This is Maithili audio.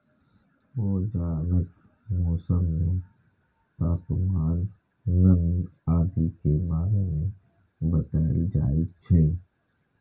रोजानाक मौसम मे तापमान, नमी आदि के बारे मे बताएल जाए छै